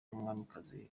n’umwamikazi